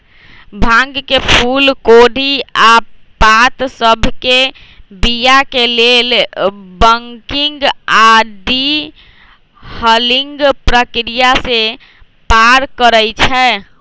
भांग के फूल कोढ़ी आऽ पात सभके बीया के लेल बंकिंग आऽ डी हलिंग प्रक्रिया से पार करइ छै